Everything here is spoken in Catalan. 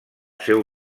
seu